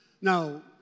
Now